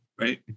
right